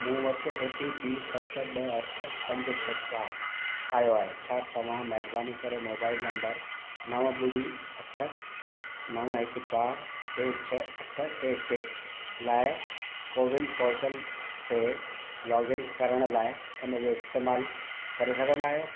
मूं वटि O T P सत ॿ अठ पंज छह चारि आयो आहे छा तव्हां महिरबानी करे मोबाइल नंबर नव ॿुड़ी अठ नव हिकु चारि टे छह अठ टे टे लाइ कोविन पोर्टल ते लोगइन करण लाइ इनजो इस्तेमालु करे सघंदा आहियो